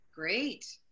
Great